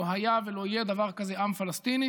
לא היה ולא יהיה דבר כזה עם פלסטיני,